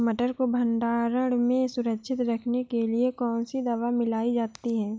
मटर को भंडारण में सुरक्षित रखने के लिए कौन सी दवा मिलाई जाती है?